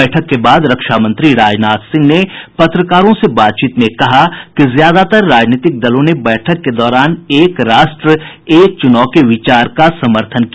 बैठक के बाद रक्षामंत्री राजनाथ सिंह ने पत्रकारों से बातचीत में कहा कि ज्यादातर राजनीतिक दलों ने बैठक के दौरान एक राष्ट्र एक चुनाव के विचार का समर्थन किया